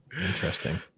Interesting